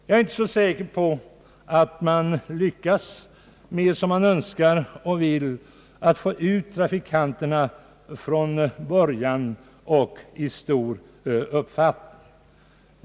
Jag är inte så säker på att man, som man hoppas, lyckas få ut folk i trafiken i stor omfattning omedelbart efter övergången.